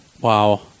Wow